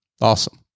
Awesome